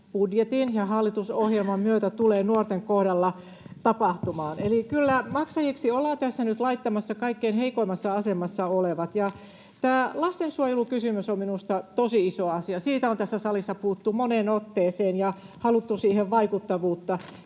budjetin ja hallitusohjelman myötä tulee nuorten kohdalla tapahtumaan. Eli kyllä maksajiksi ollaan tässä nyt laittamassa kaikkein heikoimmassa asemassa olevat. Ja tämä lastensuojelukysymys on minusta tosi iso asia. Siitä on tässä salissa puhuttu moneen otteeseen ja siihen on haluttu vaikuttavuutta.